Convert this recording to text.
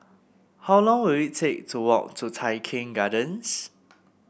how long will it take to walk to Tai Keng Gardens